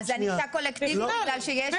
אז ענישה קולקטיבית בגלל שיש כאלה ---?